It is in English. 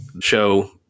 show